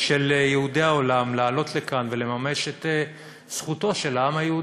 של יהודי העולם לעלות לכאן ולממש את זכותו של העם היהודי.